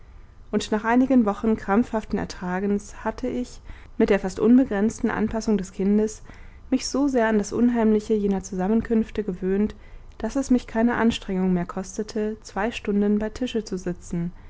und nach einigen wochen krampfhaften ertragens hatte ich mit der fast unbegrenzten anpasssung des kindes mich so sehr an das unheimliche jener zusammenkünfte gewöhnt daß es mich keine anstrengung mehr kostete zwei stunden bei tische zu sitzen